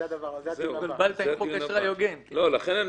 זה לדיון של שעה 15:00, לא עכשיו.